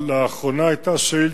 אבל לאחרונה היתה שאילתא,